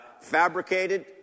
fabricated